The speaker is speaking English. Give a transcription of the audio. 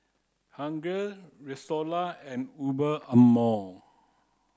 Huggy Rexona and Under Armour